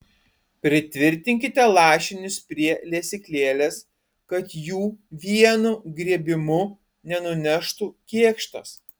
pritvirtinkite lašinius prie lesyklėlės kad jų vienu griebimu nenuneštų kėkštas